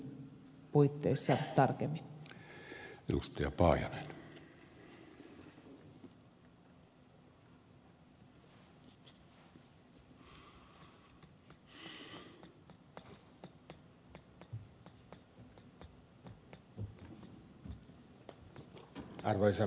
arvoisa herra puhemies